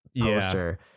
poster